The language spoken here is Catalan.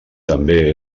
també